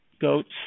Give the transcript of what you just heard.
goats